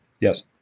Yes